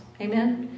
Amen